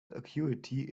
acuity